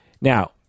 now